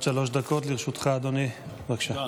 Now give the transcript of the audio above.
עד שלוש דקות לרשותך, אדוני, בבקשה.